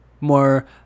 more